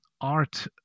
art